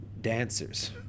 dancers